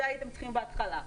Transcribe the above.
זה הייתם צריכים בהתחלה.